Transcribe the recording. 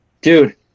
dude